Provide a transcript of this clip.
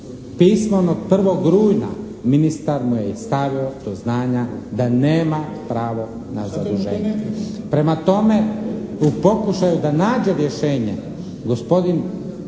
Pismovno 1. rujna ministar mu je stavio do znanja da nema pravo na zaduženja. Prema tome u pokušaju da nađe rješenje gospodin